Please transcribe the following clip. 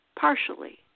partially